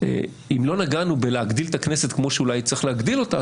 אם לא נגענו בהגדלת הכנסת כמו שאולי צריך להגדיל אותה,